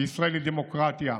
וישראל היא דמוקרטיה,